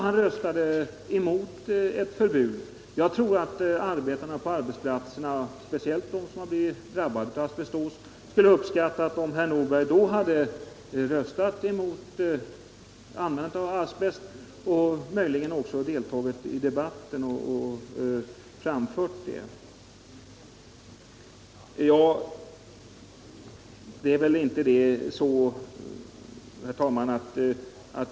Han röstade mot eu förbud. Jag tror att arbetarna på arbetsplatserna, specielt de som blivit drabbade av asbestos, skulle ha uppskattat om herr Nordberg då hade röstat för ett förbud mot användning av asbest — och möjligen också deltagit i debatten och framfört synpunkter i den riktningen. Herr talman!